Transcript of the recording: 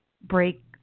break